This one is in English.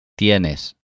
Tienes